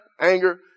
anger